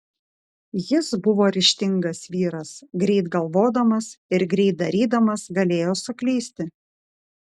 jis buvo ryžtingas vyras greit galvodamas ir greit darydamas galėjo suklysti